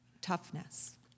toughness